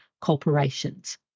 corporations